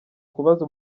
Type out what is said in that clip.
kubaza